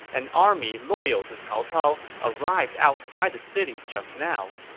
an army loyal to cao cao arrived outside the city just now.